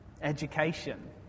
education